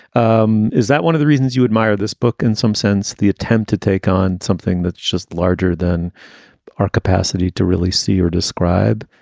um is that one of the reasons you admire this book? in some sense, the attempt to take on something that's just larger than our capacity to really see or describe.